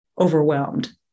overwhelmed